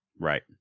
Right